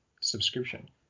subscription